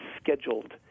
scheduled